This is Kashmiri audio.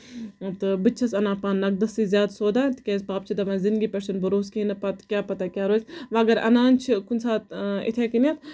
تہٕ بہٕ تہِ چھَس اَنان پانہٕ نَقدسٕے زیادٕ سودا تِکیازِ پاپہٕ چھُ دَپان زِندگی پٮ۪ٹھ چھُنہٕ بروسہٕ کِہیٖنۍ نہ پتہٕ کیاہ پَتہٕ کیاہ روزِ وۄنۍ اَگر اَنان چھِ کُنہِ ساتہٕ یِتھے کٔنیتھ